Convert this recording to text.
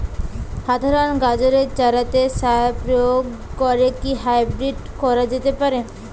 সাধারণ গাজরের চারাতে সার প্রয়োগ করে কি হাইব্রীড করা যেতে পারে?